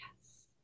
yes